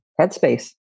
headspace